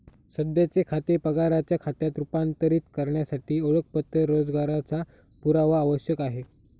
सध्याचे खाते पगाराच्या खात्यात रूपांतरित करण्यासाठी ओळखपत्र रोजगाराचा पुरावा आवश्यक आहे